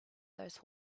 those